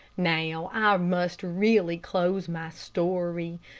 now, i must really close my story.